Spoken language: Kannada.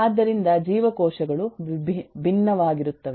ಆದ್ದರಿಂದ ಜೀವಕೋಶಗಳು ಭಿನ್ನವಾಗಿರುತ್ತವೆ